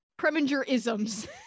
Preminger-isms